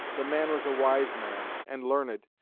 the man was a wise man, and learned,